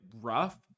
rough